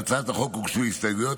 להצעת החוק הוגשו הסתייגויות,